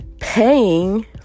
paying